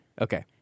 Okay